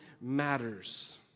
matters